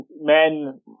men